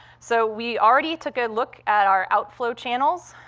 so, we already took a look at our outflow channels.